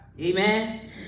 Amen